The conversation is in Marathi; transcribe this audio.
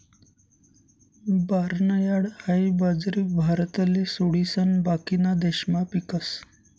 बार्नयार्ड हाई बाजरी भारतले सोडिसन बाकीना देशमा पीकस